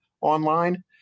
online